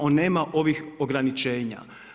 On nema ovih ograničenja.